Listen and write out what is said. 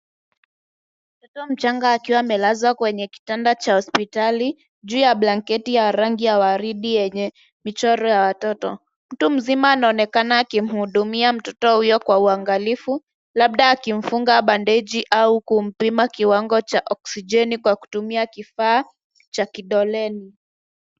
Mtoto mchanga akiwa amelazwa kwenye kitanda cha hospitali juu ya blanketi ya rangi ya waridi yenye michoro ya watoto. Mtu mzima anaonekana akimhudumia mtoto huyo kwa uangalifu labda akimfunga bandeji au kumpima kiwango cha okisijeni kwa kutumia kifaa cha kidoleni.